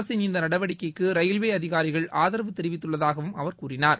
அரசின் இந்த நடவடிக்கைக்கு ரயில்வே அதிகாரிகள் ஆதரவு தெரிவித்துள்ளதாகவும் அவர் கூறினார்